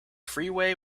freeway